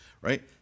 Right